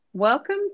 Welcome